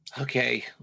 Okay